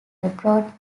abroad